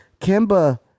Kimba